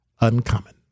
uncommon